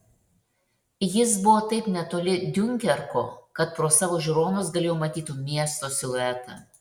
jis buvo taip netoli diunkerko kad pro savo žiūronus galėjo matyti miesto siluetą